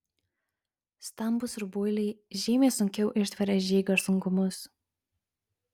stambūs rubuiliai žymiai sunkiau ištveria žygio sunkumus